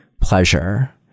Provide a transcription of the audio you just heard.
pleasure